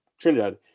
trinidad